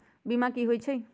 बीमा कि होई छई?